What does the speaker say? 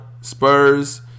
Spurs